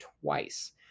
twice